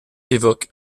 évoque